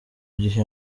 gihe